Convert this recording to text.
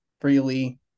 freely